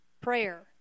prayer